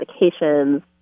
medications